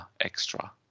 extra